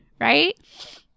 right